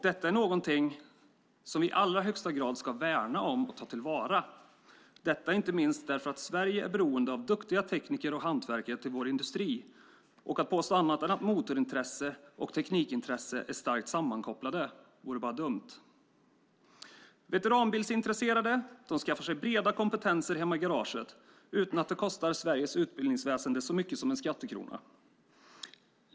Detta är någonting som vi i allra högsta grad ska värna om och ta till vara, inte minst för att Sverige är beroende av duktiga tekniker och hantverkare till vår industri. Att påstå annat än att motorintresse och teknikintresse är sammankopplade vore bara dumt. Veteranbilsintresserade skaffar sig breda kompetenser hemma i garaget utan att det kostar Sveriges utbildningsväsen så mycket som en skattekrona.